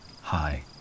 hi